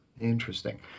Interesting